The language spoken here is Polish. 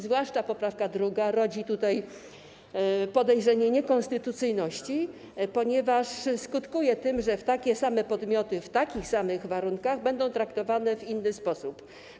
Zwłaszcza poprawka 2. rodzi podejrzenie niekonstytucyjności, ponieważ skutkuje tym, że takie same podmioty w takich samych warunkach będą traktowane w inny sposób.